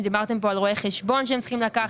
דיברתם כאן על רואה חשבון שהם צריכים לקחת.